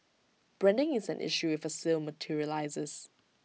branding is an issue if A sale materialises